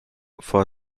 for